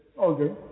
Okay